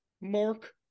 Mark